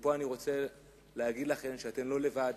ומפה אני רוצה להגיד לכן שאתן לא לבד.